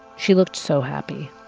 she looked so happy.